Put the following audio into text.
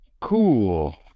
cool